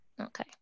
Okay